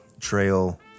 trail